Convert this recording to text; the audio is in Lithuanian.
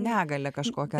negalią kažkokią